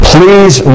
Please